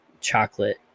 chocolate